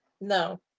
No